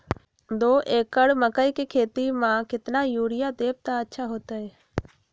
दो एकड़ मकई के खेती म केतना यूरिया देब त अच्छा होतई?